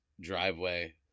driveway